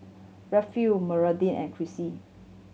Rayfield Meredith and Krissy